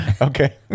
Okay